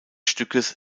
stückes